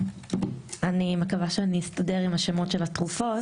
אני מקווה שאני אסתדר עם השמות של התרופות.